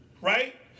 right